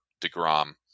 Degrom